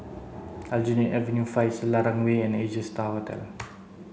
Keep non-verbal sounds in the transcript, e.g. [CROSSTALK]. Aljunied Avenue Five Selarang Way and Asia Star Hotel [NOISE]